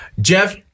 Jeff